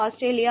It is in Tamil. ஆஸ்திரேலியா